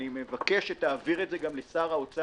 אני מבקש שתעביר את זה גם לשר האוצר.